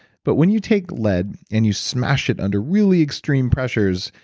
but when you take lead and you smash it under really extreme pressures,